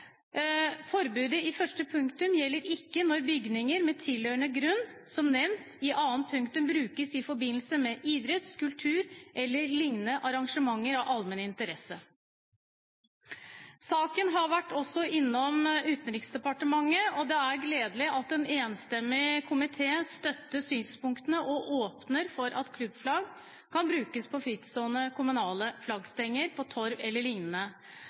i første punktum gjelder ikke når bygninger med tilhørende grunn som nevn i annet punktum brukes i forbindelse med idretts-, kultur- eller lignende arrangementer av allmenn interesse.» Saken har også vært innom Utenriksdepartementet, og det er gledelig at en enstemmig komité støtter synspunktene og åpner for at klubbflagg kan brukes på frittstående kommunale flaggstenger, torv